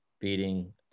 beating